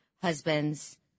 husbands